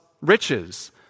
riches